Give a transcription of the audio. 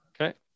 Okay